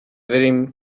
ddim